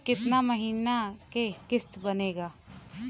कितना महीना के किस्त बनेगा?